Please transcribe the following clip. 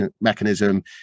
mechanism